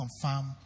confirm